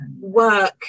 work